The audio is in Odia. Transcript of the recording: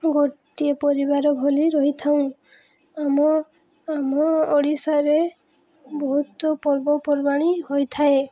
ଗୋଟିଏ ପରିବାର ଭଲି ରହିଥାଉ ଆମ ଆମ ଓଡ଼ିଶାରେ ବହୁତ ପର୍ବପର୍ବାଣି ହୋଇଥାଏ